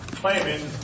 claiming